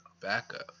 backup